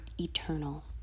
eternal